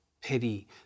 pity